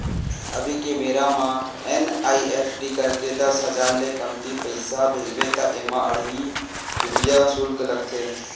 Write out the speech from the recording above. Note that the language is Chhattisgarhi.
अभी के बेरा म एन.इ.एफ.टी करके दस हजार ले कमती पइसा भेजबे त एमा अढ़हइ रूपिया सुल्क लागथे